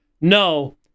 no